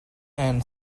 and